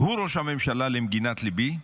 ראש הממשלה, למגינת ליבי,